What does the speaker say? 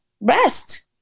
rest